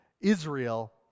Israel